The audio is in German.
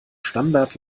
standart